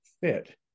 fit